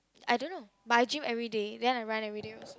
I don't know but I gym everyday then I run everyday also